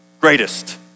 greatest